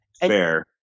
fair